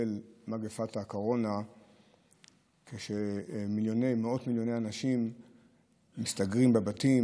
בצל מגפת הקורונה כשמאות מיליוני אנשים מסתגרים בבתים.